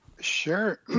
Sure